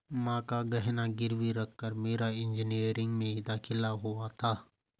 मां का गहना गिरवी रखकर मेरा इंजीनियरिंग में दाखिला हुआ था